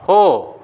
हो